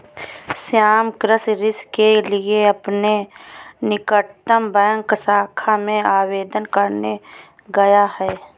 श्याम कृषि ऋण के लिए अपने निकटतम बैंक शाखा में आवेदन करने गया है